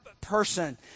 person